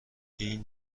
این